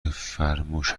فرموش